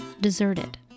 deserted